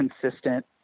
consistent